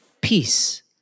peace